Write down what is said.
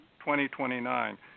2029